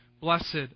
Blessed